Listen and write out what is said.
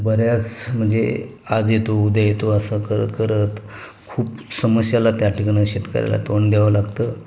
बऱ्याच म्हणजे आज येतो उद्या येतो असं करत करत खूप समस्याला त्या ठिकाणी शेतकऱ्याला तोंड द्यावं लागतं